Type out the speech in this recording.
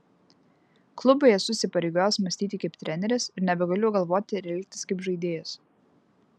klubui esu įsipareigojęs mąstyti kaip treneris ir nebegaliu galvoti ir elgtis kaip žaidėjas